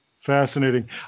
fascinating